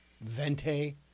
Vente